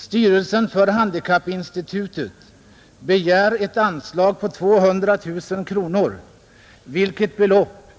Styrelsen för handikappinstitutet begär ett anslag på 200 000 kronor, vilket belopp